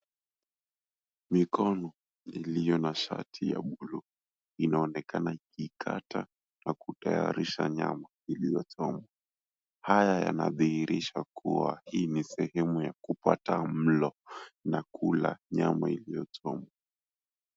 Mikono iliyo na shati ya buluu inaonekana ikikata na kutayarisha nyama iliyochomwa. Haya yanadhihirisha kuwa hii ni sehemu ya kupata mlo na kula nyama iliochomwa.